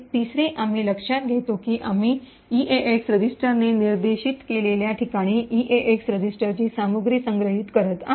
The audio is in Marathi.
तिसरे आम्ही लक्षात घेतो की आम्ही ईडीएक्स रजिस्टरने निर्देशित केलेल्या ठिकाणी ईडीएक्स रजिस्टरची सामग्री संग्रहित करत आहोत